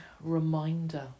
reminder